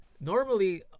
Normally